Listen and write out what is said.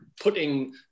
putting